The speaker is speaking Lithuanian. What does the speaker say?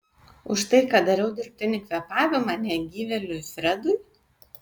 už tai kad dariau dirbtinį kvėpavimą negyvėliui fredui